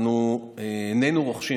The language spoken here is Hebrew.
אנחנו איננו רוכשים,